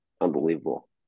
Unbelievable